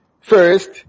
first